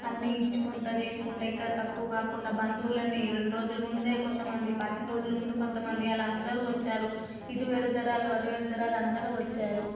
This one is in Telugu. అన్నీ ఇచ్చుకుంటూ చేసుకుంటూ ఎక్కడ తక్కువ కాకుండా బంధువులని రెండు రోజుల ముందే కొంత మంది పదిహేను రోజుల ముందు కొంత మంది అలా అందరు వచ్చారు ఇటు ఏడు తరాలు అటు ఏడు తరాలు అందరూ వచ్చారు